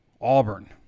Auburn